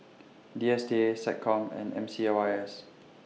D S T A Seccom and M C Y S